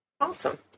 Awesome